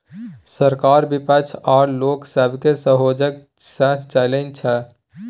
सरकार बिपक्ष आ लोक सबके सहजोग सँ चलइ छै